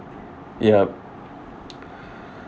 yup